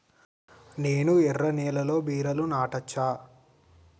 నేను ఎర్ర నేలలో బీరలు నాటచ్చా?